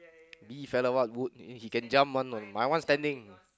bee fella what would he can jump one what my one standing